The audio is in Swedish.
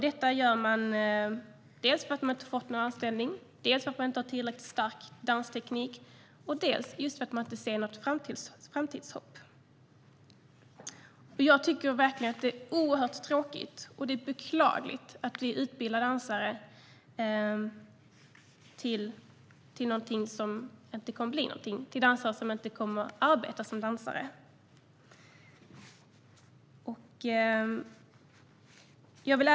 De gör det för att de inte har fått en anställning, för att de inte har tillräckligt stark dansteknik och för att de inte ser något framtidshopp. Det är mycket tråkigt och beklagligt att vi utbildar dansare som inte kommer att arbeta som dansare.